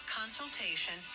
consultation